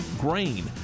grain